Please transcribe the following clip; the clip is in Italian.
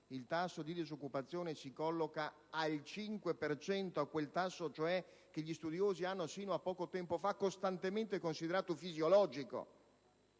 il tasso di disoccupazione si colloca al 5 per cento (quel tasso cioè che gli studiosi hanno sino a poco tempo fa costantemente considerato fisiologico